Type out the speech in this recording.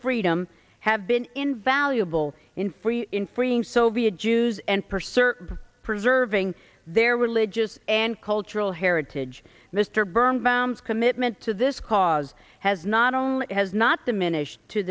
freedom have been invaluable in free in freeing soviet jews and pursue preserving their religious and cultural heritage mr byrne bams commitment to this cause has not only has not diminished to